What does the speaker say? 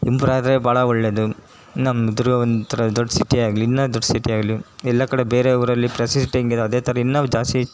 improve ಆದರೆ ಭಾಳ ಒಳ್ಳೆಯದು ನಮ್ಮ ದುರ್ಗ ಒಂಥರ ದೊಡ್ಡ ಸಿಟಿ ಆಗಲಿ ಇನ್ನೂ ದೊಡ್ಡ ಸಿಟಿ ಆಗಲಿ ಎಲ್ಲ ಕಡೆ ಬೇರೆ ಊರಲ್ಲಿ ಅದೇ ಥರ ಇನ್ನೂ ಜಾಸ್ತಿ